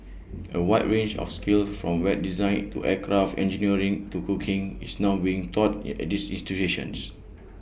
A wide range of skills from web design to aircraft engineering to cooking is now being taught at these institutions